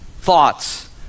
thoughts